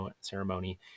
ceremony